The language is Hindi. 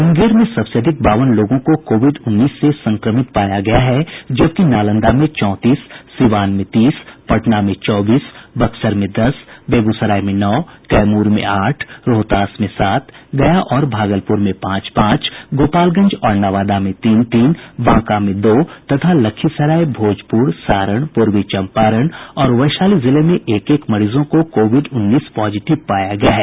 मुंगेर में सबसे अधिक बावन लोगों को कोविड उन्नीस से संक्रमित पाया गया है जबकि नालंदा में चौंतीस सीवान में तीस पटना में चौबीस बक्सर में दस बेगूसराय में नौ कैमूर में आठ रोहतास में सात गया और भागलपुर में पांच पांच गोपालगंज और नवादा में तीन तीन बांका में दो तथा लखीसराय भोजपुर सारण पूर्वी चम्पारण और वैशाली जिले में एक एक मरीजों को कोविड उन्नीस पॉजिटिव पाया गया है